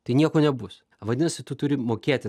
tai nieko nebus vadinasi tu turi mokėti